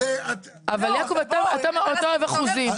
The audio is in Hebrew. אבל יעקב, אתה אוהב אחוזים.